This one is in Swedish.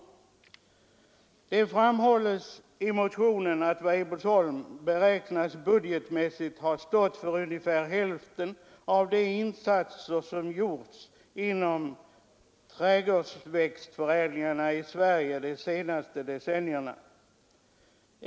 Det framhålles i motionen att Weibullsholm beräknas budgetmässigt ha stått för ungefär hälften av de insatser som gjorts inom trädgårdsväxtförädlingen i Sverige de senaste decennierna.